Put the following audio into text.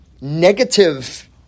negative